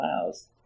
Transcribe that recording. allows